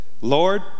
Lord